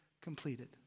completed